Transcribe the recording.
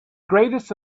greatest